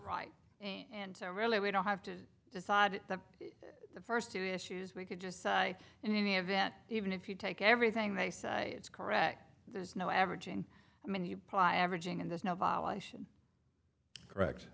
right and so really we don't have to decide the first two issues we could just say in any event even if you take everything they say it's correct there's no averaging i mean you plot averaging and there's no violation